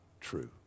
true